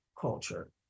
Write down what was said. culture